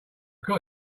got